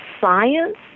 science